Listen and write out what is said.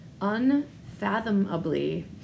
unfathomably